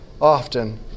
often